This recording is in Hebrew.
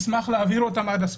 אשמח להעביר אותם עד הסוף.